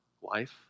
wife